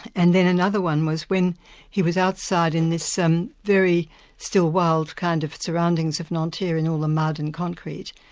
and then another one was when he was outside in this um very still-wild kind of surroundings of nanterre and all the mud and concrete,